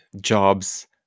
jobs